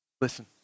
listen